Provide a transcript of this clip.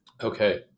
Okay